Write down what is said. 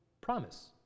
promise